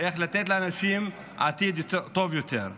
איך לתת לאנשים עתיד טוב יותר.